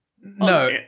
No